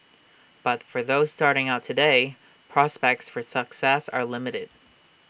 but for those starting out today prospects for success are limited